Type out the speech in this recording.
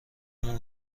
اون